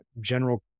General